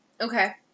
Okay